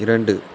இரண்டு